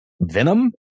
Venom